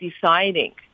deciding